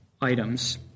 items